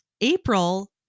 April